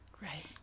Right